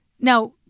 Now